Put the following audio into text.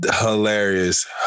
Hilarious